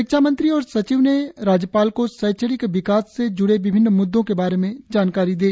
शिक्षा मंत्री और सचिव ने राज्यपाल को शैक्षणिक विकास से जुड़े विभिन्न मुद्दो के बारे में जानकारी दी